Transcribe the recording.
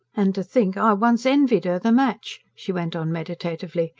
and to think i once envied her the match! she went on meditatively,